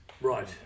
Right